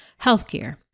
healthcare